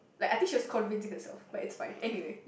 like I think she was convincing herself but it's fine anyway